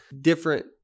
different